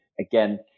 again